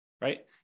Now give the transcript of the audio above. right